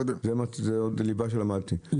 זה עוד בליבה שלמדתי...